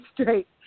straight